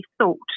thought